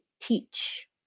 teach